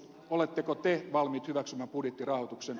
oletteko te valmiit hyväksymään budjettirahoituksen